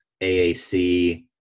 AAC